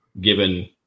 given